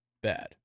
bad